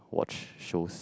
watch shows